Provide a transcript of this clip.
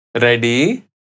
Ready